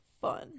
fun